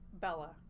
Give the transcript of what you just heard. Bella